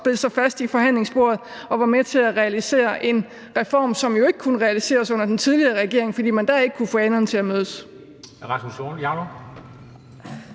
der bed sig fast i forhandlingsbordet og var med til at realisere en reform, som jo ikke kunne realiseres under den tidligere regering, fordi man dér ikke kunne få enderne til at mødes.